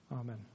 Amen